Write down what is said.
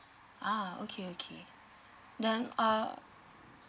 ah okay okay then err